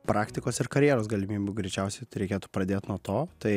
praktikos ir karjeros galimybių greičiausiai tai reikėtų pradėti nuo to tai